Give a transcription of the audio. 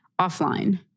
offline